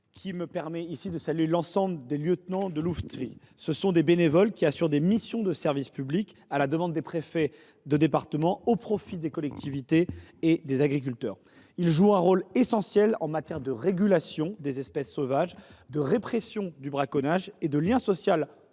qui me permet de saluer l’ensemble des lieutenants de louveterie, ces bénévoles qui assurent des missions de service public, à la demande des préfets de département, au profit des collectivités et des agriculteurs. Ils jouent un rôle essentiel en matière de régulation des espèces sauvages, de répression du braconnage et de lien social